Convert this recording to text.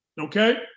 okay